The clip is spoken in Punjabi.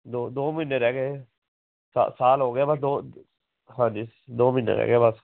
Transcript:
ਦੋ ਦੋ ਮਹੀਨੇ ਰਹਿ ਗਏ ਸਾ ਸਾਲ ਹੋ ਗਿਆ ਬਸ ਦੋ ਹਾਂਜੀ ਦੋ ਮਹੀਨੇ ਰਹਿ ਗਏ ਬਸ